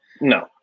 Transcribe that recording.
No